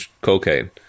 cocaine